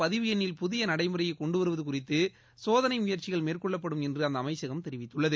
பதிவு எண்ணில் புதிய நடைமுறையை கொண்டு வருவது குறித்து சோதனை முயற்சிகள் மேற்கொள்ளப்படும் என்று அந்த அமைச்சகம் தெரிவித்துள்ளது